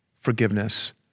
forgiveness